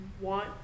want